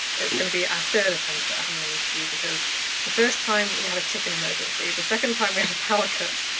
it's gonna be our ah third attempt at having an interview because the first time we had a chicken emergency. the second time we had a power cut.